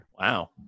Wow